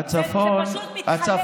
זה פשוט מתחלק.